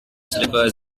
slippers